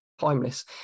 timeless